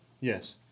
Yes